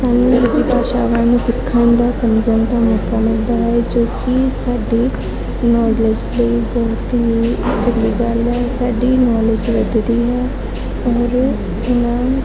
ਸਾਨੂੰ ਦੂਜੀਆਂ ਭਾਸ਼ਾਵਾਂ ਨੂੰ ਸਿੱਖਣ ਦਾ ਸਮਝਣ ਦਾ ਮੌਕਾ ਮਿਲਦਾ ਹੈ ਜੋ ਕਿ ਸਾਡੀ ਨੌਲੇਜ ਲਈ ਬਹੁਤ ਹੀ ਚੰਗੀ ਗੱਲ ਹੈ ਸਾਡੀ ਨੌਲੇਜ ਵੱਧਦੀ ਹੈ ਔਰ ਇਨ੍ਹਾਂ